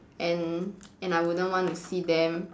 and and I wouldn't want to see them